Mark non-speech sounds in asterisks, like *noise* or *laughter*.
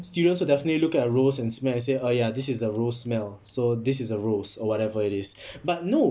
students will definitely look at a rose and smell and say oh ya this is the rose smell so this is a rose or whatever it is *breath* but no